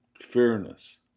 fairness